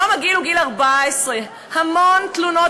היום הגיל הוא 14. המון תלונות,